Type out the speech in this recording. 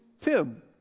Tim